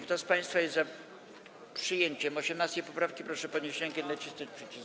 Kto z państwa jest za przyjęciem 18. poprawki, proszę podnieść rękę i nacisnąć przycisk.